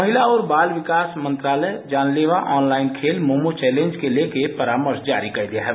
महिला और बाल विकास मंत्रालय ने जानलेवा ऑनलाइन खेल मोनो चैलेंज को लेकर परामर्श जारी किया है